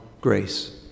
grace